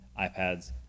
iPads